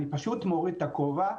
אני פשוט מוריד את הכובע,